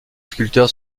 sculpteur